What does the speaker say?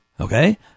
Okay